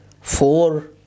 four